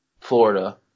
Florida